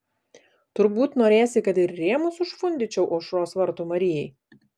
turbūt norėsi kad ir rėmus užfundyčiau aušros vartų marijai